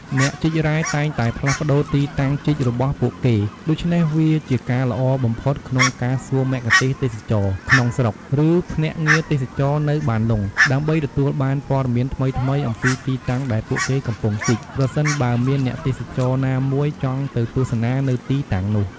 អ្នកជីករ៉ែតែងតែផ្លាស់ប្តូរទីតាំងជីករបស់ពួកគេ ដូច្នេះវាជាការល្អបំផុតក្នុងការសួរមគ្គុទ្ទេសក៍ទេសចរណ៍ក្នុងស្រុក ឬភ្នាក់ងារទេសចរណ៍នៅបានលុង ដើម្បីទទួលបានព័ត៌មានថ្មីៗអំពីទីតាំងដែលពួកគេកំពុងជីក ប្រសិនបើមានអ្នកទេសចរណាមួយចង់ទៅទស្សនានៅទីតាំងនោះ។